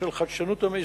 בשל חדשנות המיזם,